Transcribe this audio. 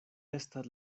estas